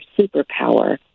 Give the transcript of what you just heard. superpower